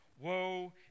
Woe